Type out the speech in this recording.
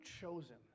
chosen